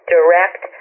direct